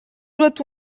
doit